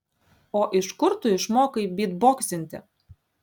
o iš kur tu išmokai bytboksinti